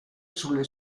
sulle